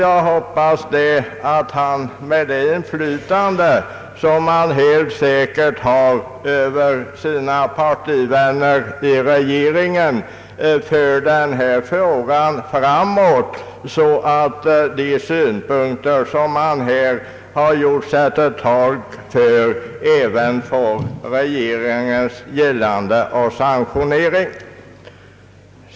Jag hoppas att han, med det inflytande han helt säkert har över sina partivänner i regeringen, för den här frågan framåt så att de synpunkter han gjort sig till tolk för i denna debatt även får regeringens gillande och sanktionering.